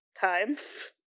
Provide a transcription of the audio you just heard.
times